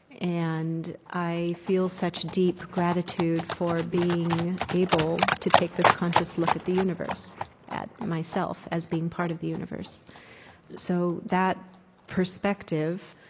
and i feel such deep gratitude for being able to take this conscious look at the universe at myself as being part of the universe so that perspective,